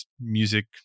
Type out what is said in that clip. music